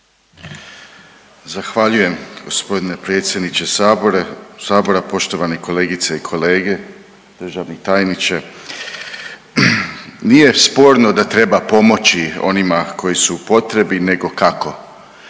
Zahvaljujem g. predsjedniče Sabora, poštovani kolegice i kolege, državni tajniče. Nije sporno da treba pomoći onima koji su u potrebi nego kako.